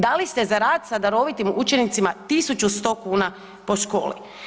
Da li ste za rad sa darovitim učenicima 1100 kuna po školi.